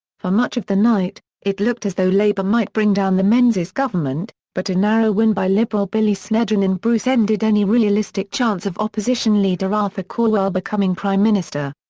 for much of the night, it looked as though labor might bring down the menzies government, but a narrow win by liberal billy snedden in bruce ended any realistic chance of opposition leader arthur calwell becoming prime minister.